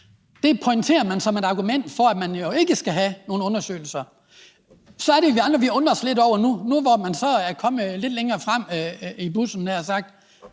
Det pointerer man som et argument for, at der jo ikke skal være nogen undersøgelser. Så er det, vi andre undrer os lidt over, at nu, hvor man så er kommet lidt længere frem i bussen – havde